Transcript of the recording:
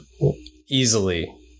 easily